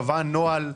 קבעה נוהל,